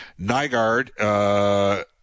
Nygaard